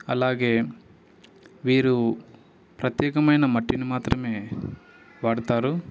అలాగే వీరు ప్రత్యేకమైన మట్టిని మాత్రమే వాడతారు